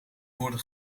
worden